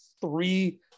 three